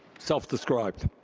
self-described.